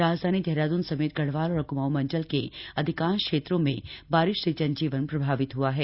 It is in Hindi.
राजधानी देहरादून समेत गढ़वाल और कुमाऊं मंडल के अधिकांश क्षेत्रों में बारिश से जनजीवन प्रभावित हुआ है